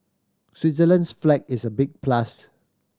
Switzerland's flag is a big plus